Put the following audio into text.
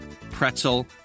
pretzel